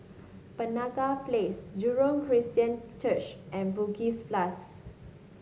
Penaga Place Jurong Christian Church and Bugis Plus